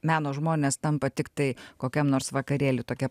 meno žmonės tampa tiktai kokiam nors vakarėlių tokia